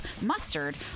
mustard